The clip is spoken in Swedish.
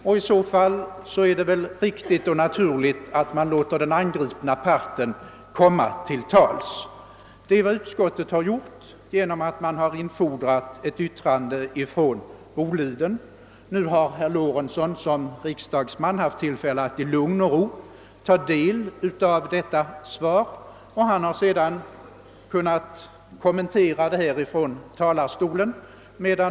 Under sådana förhållanden är det väl riktigt och naturligt att låta den angripna parten komma till tals, och det är vad utskottet har gjort Senom att infordra ett yttrande från Boliden AB. Herr Lorentzon har som riksdagsman haft tillfälle att i lugn och ro ta del av detta svar, och han har sedan kunnat kommentera det härifrån talar Stolen.